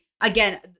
again